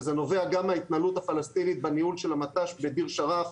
וזה נובע גם מההתנהלות הפלסטינית בניהול של המט"ש בדיר שרף.